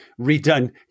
redone